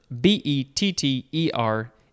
B-E-T-T-E-R